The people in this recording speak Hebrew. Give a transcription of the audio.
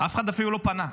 אף אחד אפילו לא פנה,